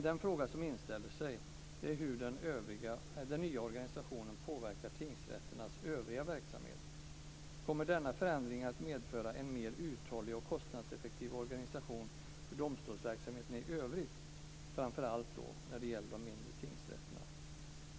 Den fråga som inställer sig är hur den nya organisationen påverkar tingsrätternas övriga verksamhet. Kommer denna förändring att medföra en mer uthållig och kostnadseffektiv organisation för domstolsverksamheten i övrigt, framför allt när det gäller de mindre tingsrätterna?